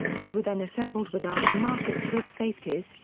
they were then assembled with after-market grip safeties,